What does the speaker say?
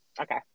Okay